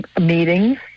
meetings